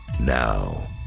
Now